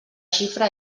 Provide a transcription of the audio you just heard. xifra